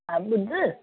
हा ॿुध